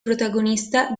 protagonista